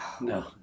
No